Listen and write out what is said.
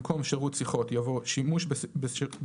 במקום "שירות שיחות" יבוא "שימוש בשירות